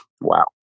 Wow